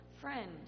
Friend